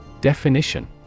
Definition